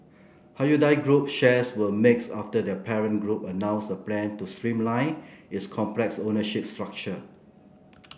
Hyundai Group shares were mixed after their parent group announced a plan to streamline its complex ownership structure